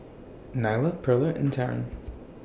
Nyla Perla and Taryn